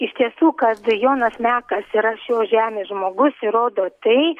iš tiesų kad jonas mekas yra šios žemės žmogus įrodo tai